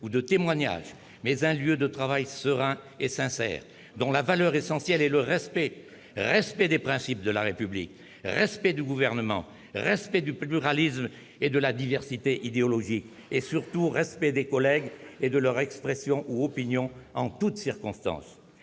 ou de témoignages, mais un lieu de travail serein et sincère, dont la valeur essentielle est le respect : respect des principes de la République, respect du Gouvernement, respect du pluralisme et de la diversité idéologique, et surtout respect des collègues et de leurs expressions ou opinions, en toutes circonstances.